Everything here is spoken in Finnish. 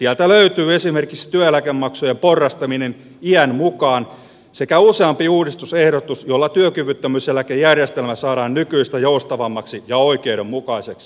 sieltä löytyy esimerkiksi työeläkemaksujen porrastaminen iän mukaan sekä useampi uudistusehdotus joilla työkyvyttömyyseläkejärjestelmä saadaan nykyistä joustavammaksi ja oikeudenmukaiseksi